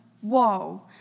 whoa